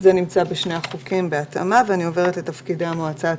זה נמצא בשני החוקים בהתאמה ואני עוברת לתפקידי המועצה הציבורית,